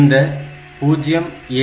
இந்த 0